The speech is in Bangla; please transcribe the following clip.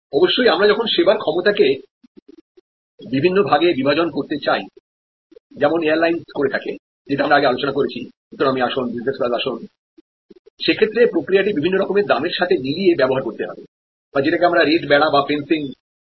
অবশ্যই যখন আমরা পরিষেবার ক্ষমতাকে বিভিন্ন ভাগে বিভাজন করতে চাই যেমন এয়ারলাইনস করে থাকে যেটা আমরা আগে আলোচনা করেছিইকোনমি আসন বিজনেস ক্লাস আসনসে ক্ষেত্রে প্রক্রিয়াটি বিভিন্ন রকমেরদামের সাথে মিলিয়ে ব্যবহার করতে হবে বা যেটাকে আমরা রেট ফেন্সিং বলে থাকি